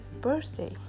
birthday